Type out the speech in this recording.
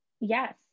Yes